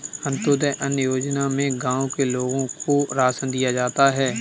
अंत्योदय अन्न योजना में गांव के लोगों को राशन दिया जाता है